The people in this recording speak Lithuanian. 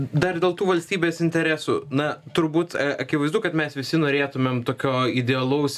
dar dėl tų valstybės interesų na turbūt akivaizdu kad mes visi norėtumėm tokio idealaus